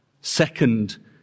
second